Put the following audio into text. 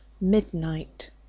Midnight